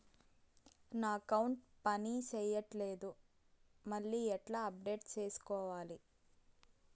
నా అకౌంట్ పని చేయట్లేదు మళ్ళీ ఎట్లా అప్డేట్ సేసుకోవాలి?